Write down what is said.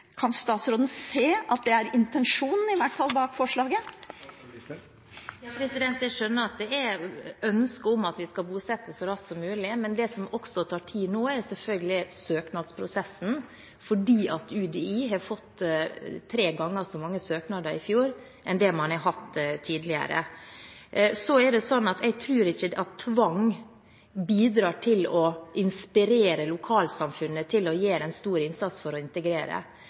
Kan statsråden se at det i hvert fall er intensjonen bak forslaget? Jeg skjønner at det er ønske om at vi skal bosette så raskt som mulig, men det som tar tid nå, er selvfølgelig søknadsprosessen, fordi UDI fikk tre ganger så mange søknader i fjor som det man har fått tidligere. Jeg tror ikke at tvang bidrar til å inspirere lokalsamfunn til å gjøre en stor innsats for å integrere.